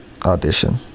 audition